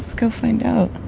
go find out